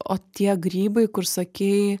o tie grybai kur sakei